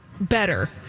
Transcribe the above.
Better